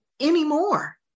anymore